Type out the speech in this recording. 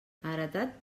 heretat